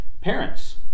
Parents